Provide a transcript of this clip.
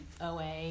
OA